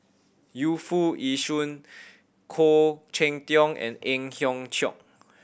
Yu Foo Yee Shoon Khoo Cheng Tiong and Ang Hiong Chiok